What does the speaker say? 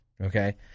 okay